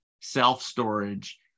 self-storage